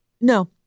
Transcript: No